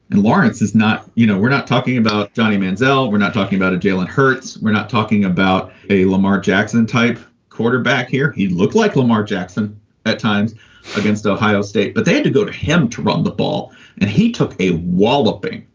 and lawrence is not you know, we're not talking about johnny manziel. we're not talking about jalen hurts. we're not talking about a lamar jackson type quarterback here. he looked like lamar jackson at times against ohio state, but they had to go to him to run the ball and he took a walloping.